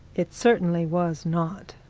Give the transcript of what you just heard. it certainly was not.